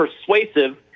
persuasive